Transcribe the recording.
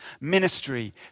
ministry